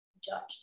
judged